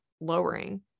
lowering